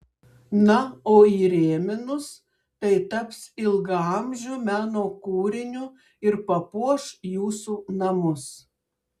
na o įrėminus tai taps ilgaamžiu meno kūriniu ir papuoš jūsų namus